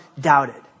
doubted